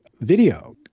video